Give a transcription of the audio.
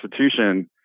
institution